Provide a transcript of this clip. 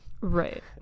Right